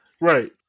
Right